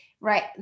right